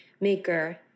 maker